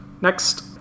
Next